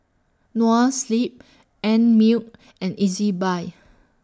Noa Sleep Einmilk and Ezbuy